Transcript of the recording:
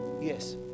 Yes